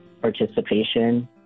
participation